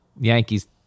Yankees